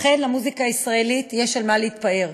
אכן, למוזיקה הישראלית יש במה להתפאר.